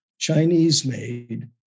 Chinese-made